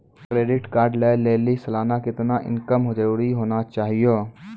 Credit card लय लेली सालाना कितना इनकम जरूरी होना चहियों?